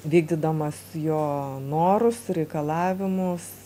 vykdydamas jo norus reikalavimus